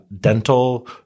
dental